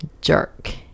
jerk